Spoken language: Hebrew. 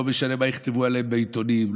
לא משנה מה יכתבו עליהם בעיתונים,